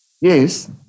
Yes